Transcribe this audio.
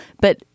but-